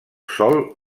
sòl